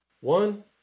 One